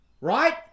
right